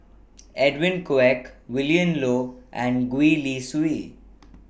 Edwin Koek Willin Low and Gwee Li Sui